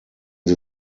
sie